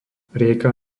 rieka